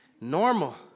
Normal